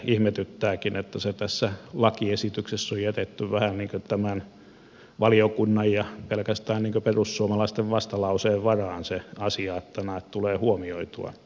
ihmetyttääkin että tässä lakiesityksessä on jätetty vähän niin kuin valiokunnan ja pelkästään perussuomalaisten vastalauseen varaan se asia että tämä tulee huomioitua